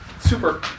super